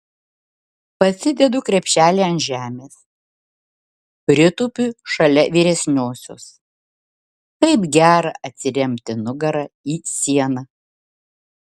pasidedu krepšelį ant žemės pritūpiu šalia vyresniosios kaip gera atsiremti nugara į sieną